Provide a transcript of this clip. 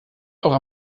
auch